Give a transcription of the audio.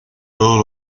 todos